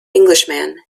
englishman